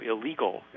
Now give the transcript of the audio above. illegal